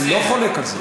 אני לא חולק על זה.